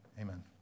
Amen